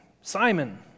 Simon